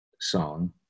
song